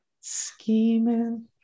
scheming